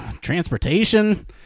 transportation